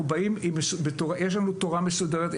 יש לנו תורה מסודרת.